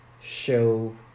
show